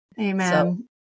Amen